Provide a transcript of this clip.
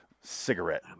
cigarette